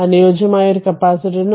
അനുയോജ്യമായ ഒരു കപ്പാസിറ്ററിന്